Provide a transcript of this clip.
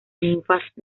ninfas